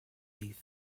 thief